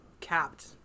capped